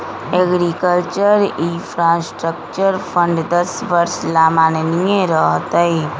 agriculture infrastructure fund दस वर्ष ला माननीय रह तय